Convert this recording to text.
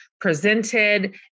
presented